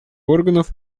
органов